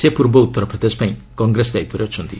ସେ ପୂର୍ବ ଉତ୍ତରପ୍ରଦେଶ ପାଇଁ କଂଗ୍ରେସ ଦାୟିତ୍ୱରେ ଅଛନ୍ତି